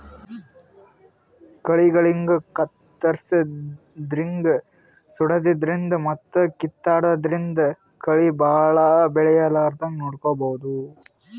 ಕಳಿಗಳಿಗ್ ಕತ್ತರ್ಸದಿನ್ದ್ ಸುಡಾದ್ರಿನ್ದ್ ಮತ್ತ್ ಕಿತ್ತಾದ್ರಿನ್ದ್ ಕಳಿ ಭಾಳ್ ಬೆಳಿಲಾರದಂಗ್ ನೋಡ್ಕೊಬಹುದ್